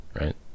right